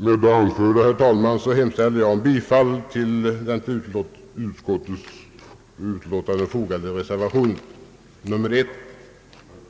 Med det anförda, herr talman, hemställer jag om bifall till den vid utskottets utlåtande fogade reservationen av fröken Åsbrink